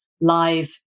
live